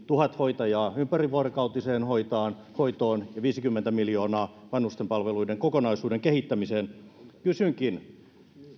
tuhat hoitajaa ympärivuorokautiseen hoitoon ja viisikymmentä miljoonaa vanhusten palveluiden kokonaisuuden kehittämiseen kysynkin